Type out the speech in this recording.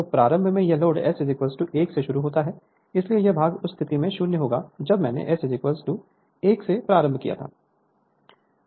तो प्रारंभ में यह लोड S 1 से शुरू होता है इसलिए यह भाग उस स्थिति में 0 होगा जब मैंने S 1 से प्रारंभ किया था